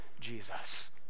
Jesus